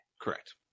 Correct